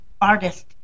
artist